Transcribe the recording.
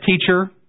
teacher